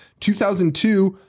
2002